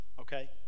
okay